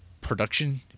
production